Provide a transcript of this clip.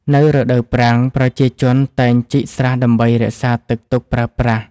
នៅរដូវប្រាំង ប្រជាជនតែងជីកស្រះដើម្បីរក្សាទឹកទុកប្រើប្រាស់។